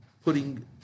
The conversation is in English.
putting